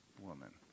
woman